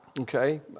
Okay